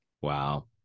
Wow